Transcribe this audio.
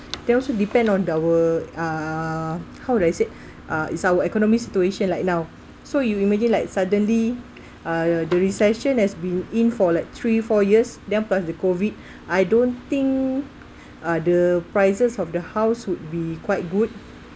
they also depend on our uh how would I say uh is our economy situation like now so you imagine like suddenly uh the recession has been in for like three four years then plus the COVID I don't think uh the prices of the house would be quite good